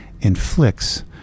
inflicts